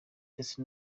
ndetse